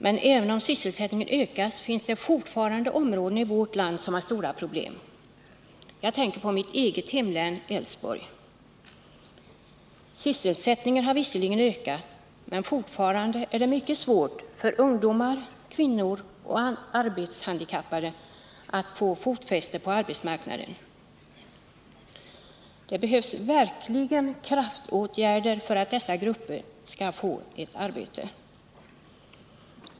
Men även om sysselsättningen ökat finns det fortfarande områden i vårt land som har stora problem. Jag tänker på mitt eget hemlän, Älvsborg. Sysselsättningen där har visserligen ökat, men fortfarande är det mycket svårt för ungdomar, kvinnor och arbetshandikappade att få fotfäste på arbetsmarknaden. Det är nödvändigt att man verkligen sätter in kraftåtgärder för att dessa grupper också skall få ett arbete.